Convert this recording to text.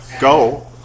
go